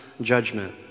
judgment